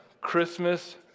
Christmas